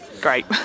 great